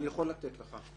כן, אני יכול לתת לך.